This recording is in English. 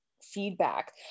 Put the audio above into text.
feedback